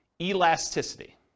elasticity